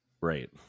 Right